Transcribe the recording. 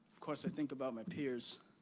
of course, i think about my peers.